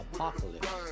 Apocalypse